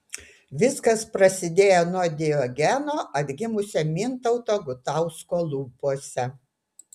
viskas prasidėjo nuo diogeno atgimusio mintauto gutausko lūpose